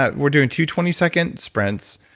ah we're doing two twenty second sprints.